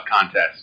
contest